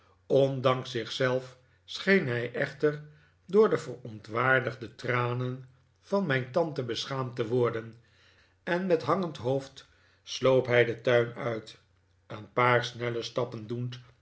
ondanks zichzelf scheen hij echter door de verontwaardigde tranen van mijn tante beschaamd te worden en met hangend hoofd sloop hij den tuin uit een paar snelle stappen doend